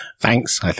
Thanks